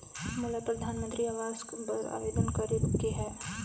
मोला परधानमंतरी आवास बर आवेदन करे के हा?